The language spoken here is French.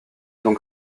donc